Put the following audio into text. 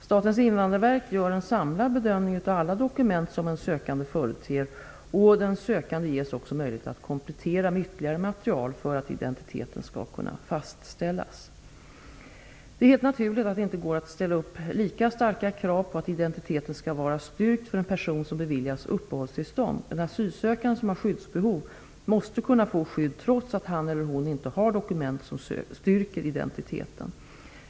Statens invandrarverk gör en samlad bedömning av alla dokument som en sökande företer, och den sökande ges också möjlighet att komplettera med ytterligare material för att identiteten skall kunna fastställas. Det är helt naturligt att det inte går att ställa upp lika starka krav på att identiteten skall var styrkt för att en person skall beviljas uppehållstillstånd. En asylsökande som har skyddsbehov måste kunna få skydd trots att han eller hon inte har dokument som styrker identiteten.